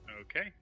Okay